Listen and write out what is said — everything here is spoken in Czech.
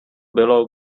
bylo